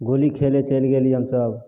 गोली खेले चैल गेली हमसब